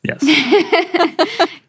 Yes